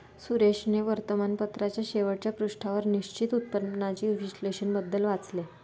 सुरेशने वर्तमानपत्राच्या शेवटच्या पृष्ठावर निश्चित उत्पन्नाचे विश्लेषण बद्दल वाचले